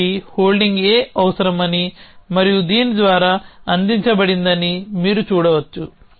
దీనికి holding A అవసరమని మరియు దీని ద్వారా అందించబడిందని మీరు చూడవచ్చు